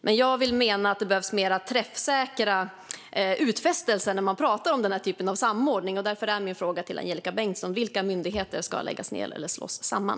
Men jag menar att det behövs mer träffsäkra utfästelser när man pratar om den typen av samordning. Därför är min fråga till Angelika Bengtsson: Vilka myndigheter ska läggas ned eller slås samman?